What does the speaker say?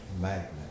magnet